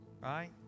right